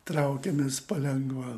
traukiamės palengva